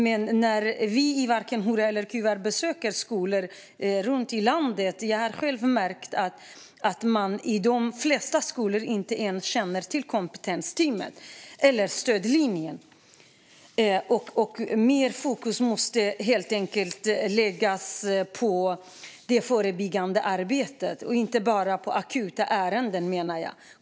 Men när vi i Varken hora eller kuvad besöker skolor runt om i landet har jag själv märkt att man i de flesta skolor inte ens känner till kompetensteamet eller stödlinjen. Mer fokus måste helt enkelt läggas på det förebyggande arbetet och inte bara på akuta ärenden, menar jag.